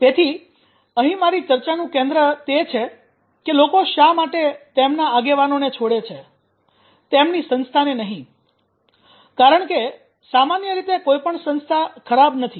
તેથી અહીં મારી ચર્ચાનું કેન્દ્ર તે છે કે લોકો શા માટે તેમના આગેવાનોને છોડે છે તેમની સંસ્થાને નહીં કારણ કે સામાન્ય રીતે કોઈ પણ સંસ્થા ખરાબ નથી